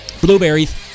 blueberries